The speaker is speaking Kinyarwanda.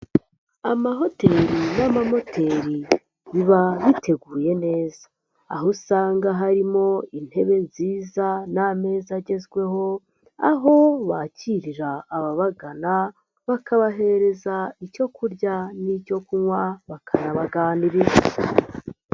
Amahoteli n'amamoteri biba biteguye neza. Aho usanga harimo intebe nziza n'amezaza agezweho, aho bakirira ababagana, bakabahereza icyo kurya n'icyo kunywa, bakanabaganiriza.